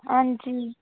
अंजी